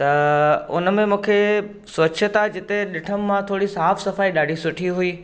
त उनमें मूंखे स्वच्छता जिते ॾिठुमि मां थोरी साफ़ सफ़ाई ॾाढी सुठी हुई